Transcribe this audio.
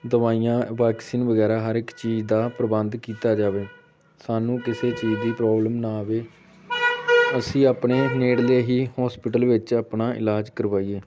ਦਵਾਈਆਂ ਵੈਕਸੀਨ ਵਗੈਰਾ ਹਰ ਇੱਕ ਚੀਜ਼ ਦਾ ਪ੍ਰਬੰਧ ਕੀਤਾ ਜਾਵੇ ਸਾਨੂੰ ਕਿਸੇ ਚੀਜ਼ ਦੀ ਪ੍ਰੋਬਲਮ ਨਾ ਆਵੇ ਅਸੀਂ ਆਪਣੇ ਨੇੜਲੇ ਹੀ ਹੋਸਪਿਟਲ ਵਿੱਚ ਆਪਣਾ ਇਲਾਜ ਕਰਵਾਈਏ